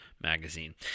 magazine